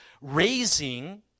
raising